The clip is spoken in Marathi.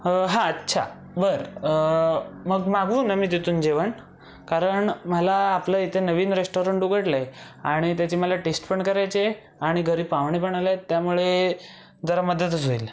हां अच्छा बर मग मागवू न मी तिथून जेवण कारण मला आपल्या इथे नवीन रेश्टॉरंट उघडलं आहे आणि त्याची मला टेश्ट पण करायची आहे आणि घरी पाहुणे पण आलेत त्यामुळे जरा मदतच होईल